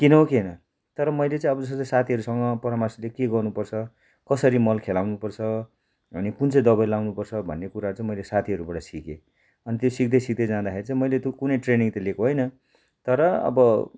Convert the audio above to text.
किन हो किन तर मैले चाहिँ अब जस्तो कि साथीहरूसँग परामर्श लिएँ के गर्नु पर्छ कसरी मल खेलाउनु पर्छ अनि कुन चाहिँ दबाई लाउनु पर्छ भन्ने कुराहरू चाहिँ मैले साथीहरूबाट सिकेँ अनि त्यो सिक्दै सिक्दै जाँदाखेरि चाहिँ मैले त्यो कुनै ट्रेनिङ त लिएको होइन तर अब